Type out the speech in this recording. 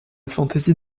fantaisie